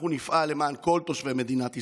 אנחנו נפעל למען כל תושבי מדינת ישראל.